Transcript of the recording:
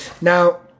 Now